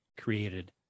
created